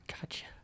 Gotcha